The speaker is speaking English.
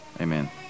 amen